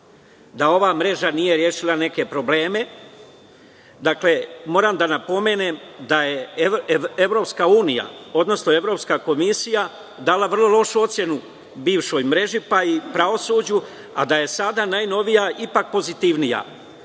da ova mreža nije rešila neke probleme. Moram da napomenem da je EU, odnosno Evropska komisija dala vrlo lošu ocenu bivšoj mreži pa i pravosuđu a da je sada najnovija ipak pozitivnija.